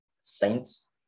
saints